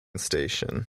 station